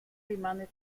rimane